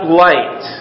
light